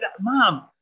Mom